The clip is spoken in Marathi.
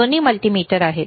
दोन्ही मल्टीमीटर आहेत